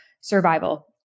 survival